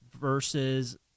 versus